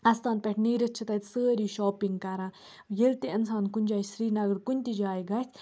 اَستان پٮ۪ٹھ نیٖرِتھ چھِ تَتہِ سٲری شاپِنٛگ کَران ییٚلہِ تہِ اِنسان کُنہِ جاے سرینگرٕ کُنہِ تہِ جاے گژھِ